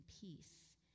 peace